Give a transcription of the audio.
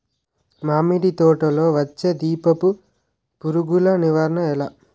మామిడి తోటలో వచ్చే దీపపు పురుగుల నివారణ ఎలా?